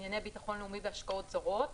לענייני ביטחון לאומי והשקעות זרות,